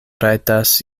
rajtas